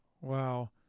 Wow